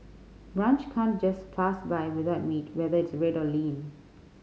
brunch can't just pass by without meat whether it's red or lean